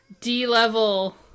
d-level